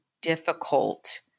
difficult